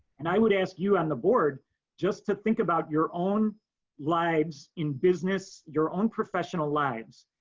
and i would ask you on the board just to think about your own lives in business, your own professional lives.